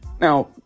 Now